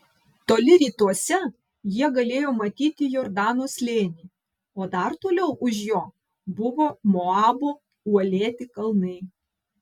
toli rytuose jie galėjo matyti jordano slėnį o dar toliau už jo buvo moabo uolėti kalnai